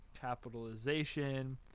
capitalization